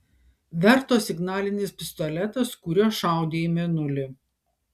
verto signalinis pistoletas kuriuo šaudė į mėnulį